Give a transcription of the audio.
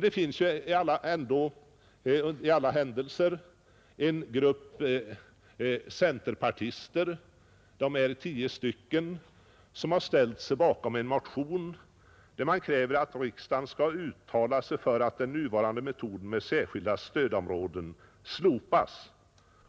Det finns en grupp centerpartister — de är tio stycken — som ställt sig bakom en motion i vilken man kräver att riksdagen nu skall uttala sig för att den nuvarande metoden med särskilda stödområden slopas